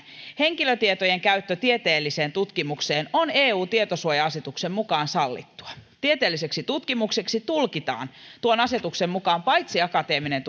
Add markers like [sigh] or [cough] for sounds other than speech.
henkilötietojen käyttö tieteelliseen tutkimukseen on eu tietosuoja asetuksen mukaan sallittua tieteelliseksi tutkimukseksi tulkitaan tuon asetuksen mukaan paitsi akateeminen [unintelligible]